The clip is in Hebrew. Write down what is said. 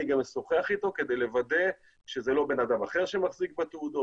אני גם אשוחח אתו כדי לוודא שזה לא בן אדם אחר שמחזיק בתעודות,